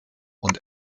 und